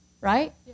right